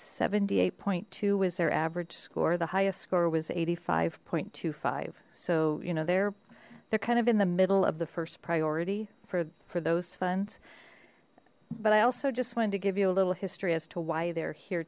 seventy eight point two was their average score the highest score was eighty five point two five so you know they're they're kind of in the middle of the first priority for those funds but i also just wanted to give you a little history as to why they're here